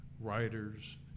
writers